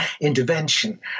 intervention